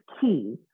key